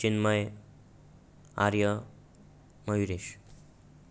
Chinmay Arya Mayuresh